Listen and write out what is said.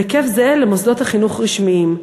בהיקף זהה למוסדות החינוך הרשמיים.